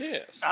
Yes